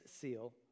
seal